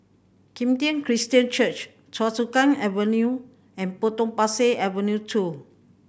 Kim Tian Christian Church Choa Chu Kang Avenue and Potong Pasir Avenue Two